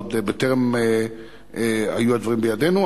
זה עוד בטרם היו הדברים בידינו,